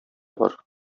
бар